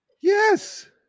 Yes